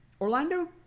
Orlando